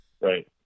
Right